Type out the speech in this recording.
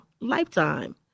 lifetime